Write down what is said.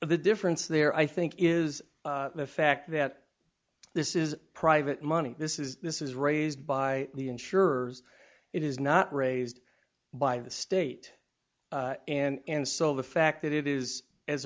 the difference there i think is the fact that this is private money this is this is raised by the insurers it is not raised by the state and so the fact that it is as